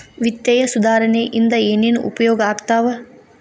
ವಿತ್ತೇಯ ಸುಧಾರಣೆ ಇಂದ ಏನೇನ್ ಉಪಯೋಗ ಆಗ್ತಾವ